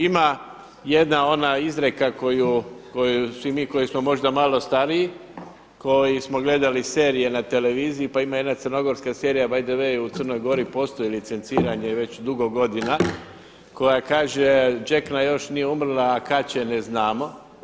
Ima jedna ona izreka koju svi mi koji smo možda malo stariji, koji smo gledali serije na televiziji pa ima jedna crnogorska serija by the way u Crnoj Gori postoji licenciranje već dugo godina koja kaže Đekna još nije umrla, a kad će ne znamo.